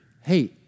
hey